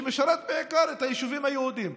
את היישובים היהודיים,